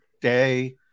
day